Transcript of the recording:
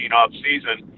offseason